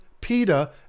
PETA